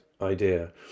idea